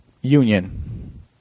union